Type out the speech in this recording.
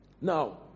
Now